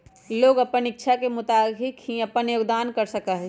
लोग अपन इच्छा के मुताबिक ही अपन योगदान कर सका हई